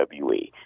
WWE